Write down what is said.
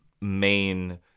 main